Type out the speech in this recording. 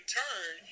turn